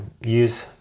use